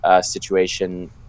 situation